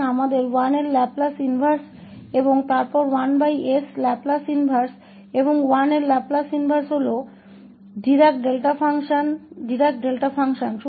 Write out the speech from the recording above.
तो हमारे पास 1 का लाप्लास प्रतिलोम है और फिर 1s का लाप्लास प्रतिलोम है और लैपलेस प्रतिलोम 1 डिराक डेल्टा फ़ंक्शन है